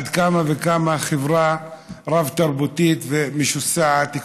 על אחת כמה וכמה חברה רב-תרבותית ומשוסעת,